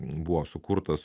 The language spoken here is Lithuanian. buvo sukurtos